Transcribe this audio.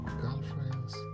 girlfriends